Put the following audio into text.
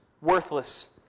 worthless